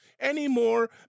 anymore